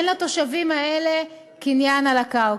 אין לתושבים האלה קניין על הקרקע.